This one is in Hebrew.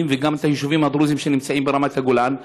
וגם את היישובים הדרוזיים שנמצאים ברמת הגולן.